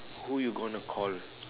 who you gonna call